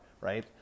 right